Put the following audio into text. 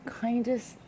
kindest